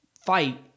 fight